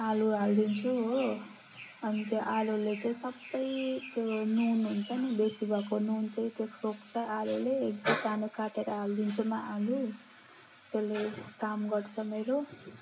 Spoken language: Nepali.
आलु हाल्दिन्छु हो अन्त आलुले चाहिँ सबै त्यो नुन हुन्छ नि बेसी भको नुन चाहिँ त्यो सोस्छ आलुले एक दुई चाना काटेर हालिदिन्छु म आलु त्यसले काम गर्छ मेरो